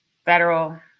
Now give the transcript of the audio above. Federal